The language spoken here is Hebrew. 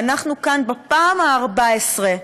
ואנחנו כאן בפעם ה-14,